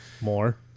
More